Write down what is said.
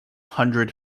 hundred